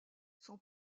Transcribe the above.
son